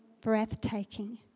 breathtaking